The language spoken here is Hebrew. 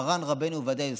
מרן רבנו עובדיה יוסף,